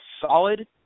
solid